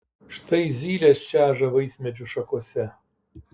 štai zylės čeža vaismedžių šakose